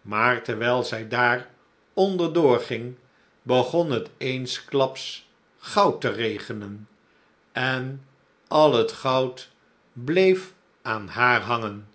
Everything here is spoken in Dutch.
maar terwijl zij daar onder doorging begon het eensklaps goud te regenen en al het goud bleef aan haar hangen